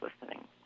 listening